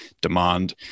demand